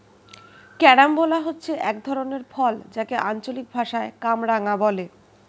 carambola হচ্ছে এক ধরনের ফল যাকে আঞ্চলিক ভাষায় কামরাঙা বলে